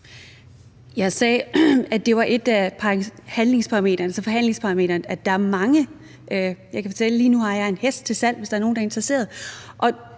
Jeg sagde, at det var ét af forhandlingsparametrene – og der er mange. Jeg kan fortælle, at lige nu har jeg en hest til salg, hvis der er nogen, der er interesseret,